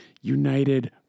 united